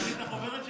להביא את החוברת שלי?